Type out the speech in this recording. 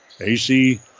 AC